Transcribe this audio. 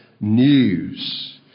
news